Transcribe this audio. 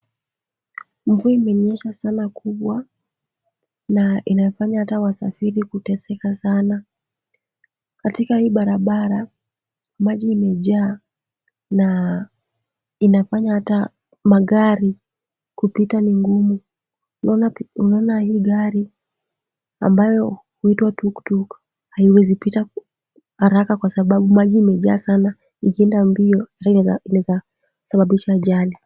Mvua imenyesha sana kubwa na inafanya hata wasafiri kuteseka sana, katika hii barabara maji imejaa na inafanya hata magari kupita ni ngumu, unaona hii gari ambayo huitwa tuktuk haiwezi pita haraka, kwa sababu maji imejaa sana, ikienda mbio pia inaweza sababisha ajali.